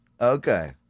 Okay